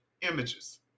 images